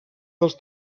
dels